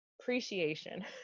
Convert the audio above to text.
appreciation